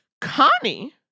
Connie